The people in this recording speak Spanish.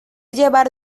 llevar